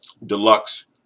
deluxe